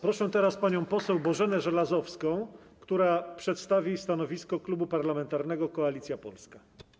Proszę teraz panią poseł Bożenę Żelazowską, która przedstawi stanowisko Klubu Parlamentarnego Koalicja Polska.